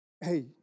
Hey